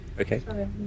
Okay